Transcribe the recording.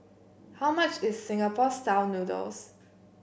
how much is Singapore style noodles